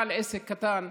בעל עסק קטן,